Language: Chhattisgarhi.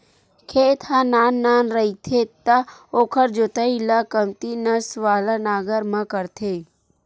खेत ह नान नान रहिथे त ओखर जोतई ल कमती नस वाला नांगर म करथे